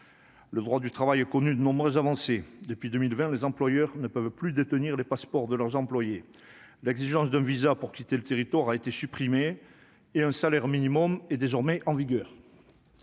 Le droit du travail, a connu de nombreuses avancées depuis 2020 les employeurs ne peuvent plus détenir les passeports de leurs employées, l'exigence d'un VISA pour quitter le territoire a été supprimé et un salaire minimum est désormais en vigueur.